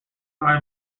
are